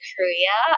Korea